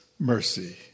mercy